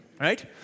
right